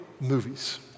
movies